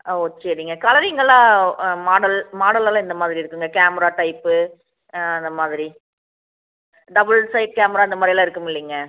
ஆ ஓ சரிங்க கலரிங் எல்லாம் மாடல் மாடல் எல்லாம் எந்த மாதிரி இருக்குங்க கேம்முரா டைப்பு அந்த மாதிரி டபுள் சைட் கேமரா அந்த மாதிரிலாம் இருக்கும் இல்லைங்க